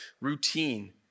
routine